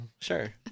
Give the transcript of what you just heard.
sure